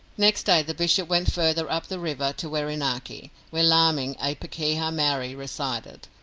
next day the bishop went further up the river to wherinaki, where laming, a pakeha maori, resided.